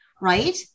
Right